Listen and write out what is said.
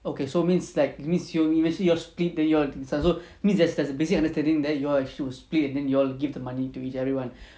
okay so means like means you eventually you all split then you all decide so means there's there's a basic understanding that you actually will split then you all give the money to each everyone